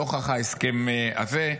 נוכח ההסכם הזה,